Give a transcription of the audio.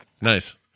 nice